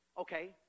Okay